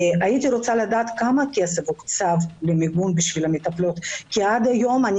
הייתי רוצה לדעת כמה כסף הוקצב למיגון עבור המטפלות כי עד היום אני